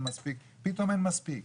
פתאום אין מספיק.